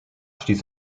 stieß